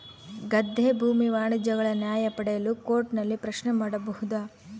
ಗದ್ದೆ ಭೂಮಿ ವ್ಯಾಜ್ಯಗಳ ನ್ಯಾಯ ಪಡೆಯಲು ಕೋರ್ಟ್ ನಲ್ಲಿ ಪ್ರಶ್ನೆ ಮಾಡಬಹುದಾ?